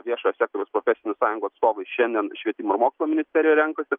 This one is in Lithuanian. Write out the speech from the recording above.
viešojo sektoriaus profesinių sąjungų atstovai šiandien švietimo ir mokslo ministerijoj renkasi